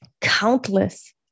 countless